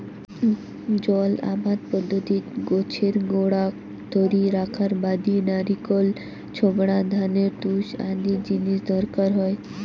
জল আবাদ পদ্ধতিত গছের গোড়াক ধরি রাখার বাদি নারিকল ছোবড়া, ধানের তুষ আদি জিনিস দরকার হই